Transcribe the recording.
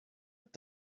have